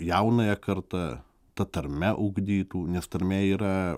jaunąja karta ta tarme ugdytų nes tarmė yra